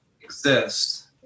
exist